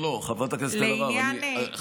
חברת הכנסת אלהרר, בבקשה.